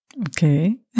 Okay